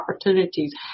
opportunities